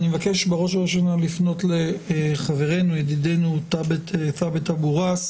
אני מבקש בראש ובראשונה לפנות לחברינו ת'אבת אבו ראס,